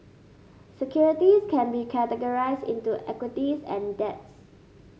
securities can be categorize into equities and debts